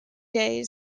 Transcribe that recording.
day